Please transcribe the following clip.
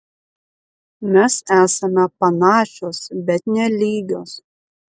mes esame panašios bet ne lygios